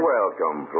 Welcome